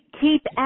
Keep